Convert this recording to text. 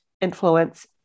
influence